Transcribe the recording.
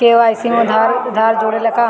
KYC में आधार जुड़े ला का?